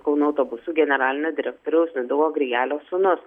kauno autobusų generalinio direktoriaus mindaugo grigelio sūnus